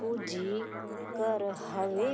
पूंजी कर हवे